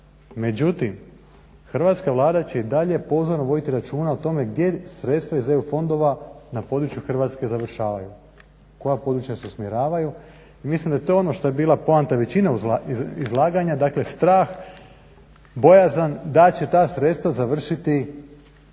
Međutim, Hrvatska vlada će i dalje pozorno voditi računa o tome gdje sredstva iz EU fondova na području Hrvatske završavaju, koja područja se usmjeravaju. I mislim da je to ono što je bila poanta većine izlaganja, dakle strah, bojazan da će ta sredstva završiti